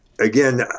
again